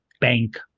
bank